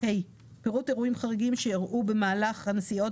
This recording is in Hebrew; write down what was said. פירוט אירועים חריגים שאירעו במהלך הנסיעות